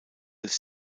des